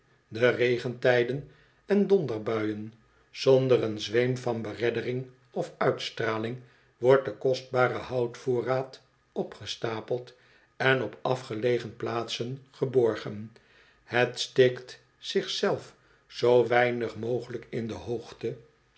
de regentijden en donderbuien zonder een zweem van bereddering of uitstalling wordt de kostbare houtvoorraad opgestapeld en op afgelegen plaatsen geborgen het steekt zich zelf zoo weinig mogelijk in de hoogte